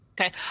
Okay